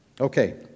Okay